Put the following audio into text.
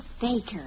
faker